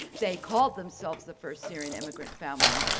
they called themselves the first syrian immigrant family,